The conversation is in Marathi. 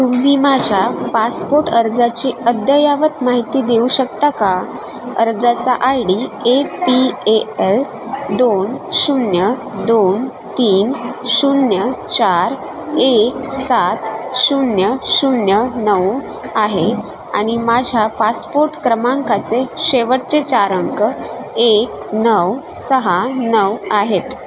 तुम्ही माझ्या पासपोर्ट अर्जाची अद्ययावत माहिती देऊ शकता का अर्जाचा I D A P A L दोन शून्य दोन तीन शून्य चार एक सात शून्य शून्य नऊ आहे आणि माझ्या पासपोर्ट क्रमांकाचे शेवटचे चार अंक एक नऊ सहा नऊ आहेत